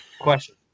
question